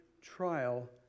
trial